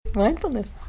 mindfulness